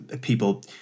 people